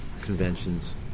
conventions